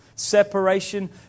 Separation